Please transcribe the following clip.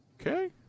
Okay